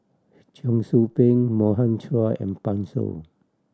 Cheong Soo Pieng Morgan Chua and Pan Shou